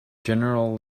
general